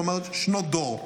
זאת אומרת שנות דור.